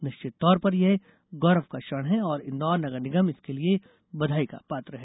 निश्चित तौर पर यह गौरव का क्षण है और इंदौर नगर निगम इसके लिये बधाई का पात्र है